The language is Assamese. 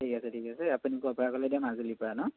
ঠিক আছে ঠিক আছে আপুনি ক'ৰ পৰা ক'লে এতিয়া মাজুলীৰ পৰা ন